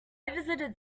visited